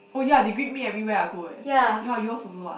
oh ya they greet me everywhere I go eh ya your's also ah